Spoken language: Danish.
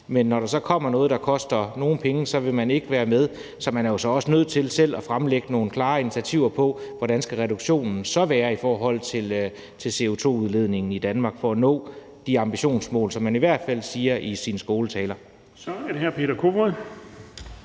men når der så kommer noget, der koster nogle penge, så vil man ikke være med. Så man er jo også nødt til selv at fremlægge nogle klare initiativer, med hensyn til hvordan reduktionen så skal ske i forhold til CO2-udledningen i Danmark for at nå de ambitionsmål, som man i hvert fald nævner i sine skåltaler. Kl. 13:01 Den fg.